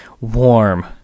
warm